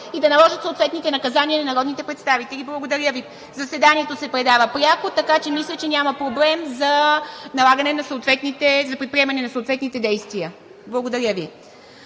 и да наложат съответните наказания на народните представители. Благодаря Ви. Заседанието се предава пряко, така че, мисля, няма проблем за предприемане на съответните действия. Благодаря Ви.